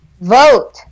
vote